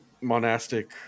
monastic